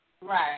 Right